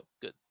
good